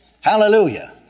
Hallelujah